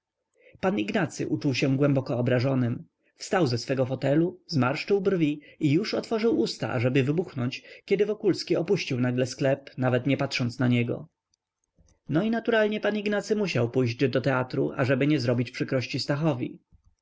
ignacy uczuł się głęboko obrażonym wstał ze swego fotelu zmarszczył brwi i już otworzył usta ażeby wybuchnąć kiedy wokulski opuścił nagle sklep nawet nie patrząc na niego no i naturalnie pan ignacy musiał pójść do teatru ażeby nie zrobić przykrości stachowi w